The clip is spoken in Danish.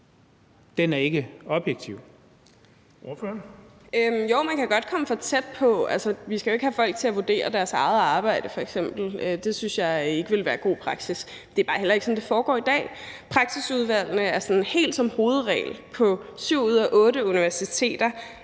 Carøe (SF): Jo, man kan godt komme for tæt på. Altså, vi skal jo f.eks. ikke have folk til at vurdere deres eget arbejde. Det synes jeg ikke ville være god praksis. Det er bare heller ikke sådan, det foregår i dag. Praksisudvalgene arbejder sådan som hovedregel på syv ud af otte universiteter